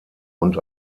und